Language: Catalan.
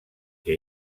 que